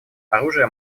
оружия